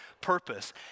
purpose